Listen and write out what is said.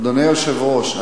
אדוני היושב-ראש,